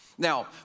Now